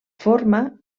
forma